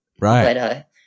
right